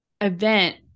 event